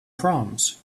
proms